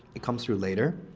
it comes through later,